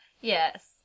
Yes